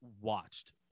watched